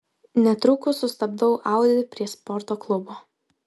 netrukus sustabdau audi prie sporto klubo